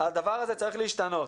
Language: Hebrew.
הדבר הזה צריך להשתנות.